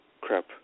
Crap